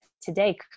today